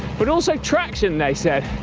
but also traction, they said,